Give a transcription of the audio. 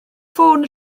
ffôn